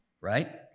right